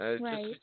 Right